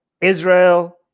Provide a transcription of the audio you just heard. Israel